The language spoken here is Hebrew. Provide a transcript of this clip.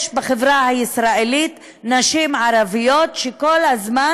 יש בחברה הישראלית נשים ערביות שכל הזמן